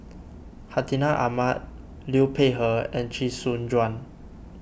Hartinah Ahmad Liu Peihe and Chee Soon Juan